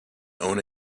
own